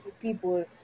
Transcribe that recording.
people